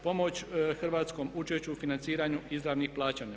Pomoć hrvatskom učešću u financiranju izravnih plaćanja.